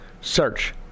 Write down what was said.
Search